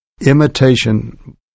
imitation